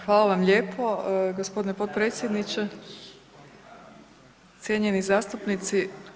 Hvala vam lijepo gospodine potpredsjedniče, cijenjeni zastupnici.